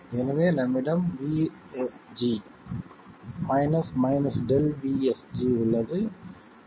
எனவே நம்மிடம் VSG ΔVSG உள்ளது